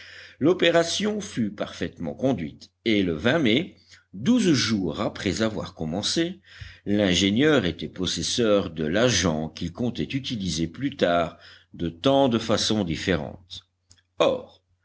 l'opération fut parfaitement conduite et le mai douze jours après avoir commencé l'ingénieur était possesseur de l'agent qu'il comptait utiliser plus tard de tant de façons différentes or